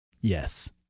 Yes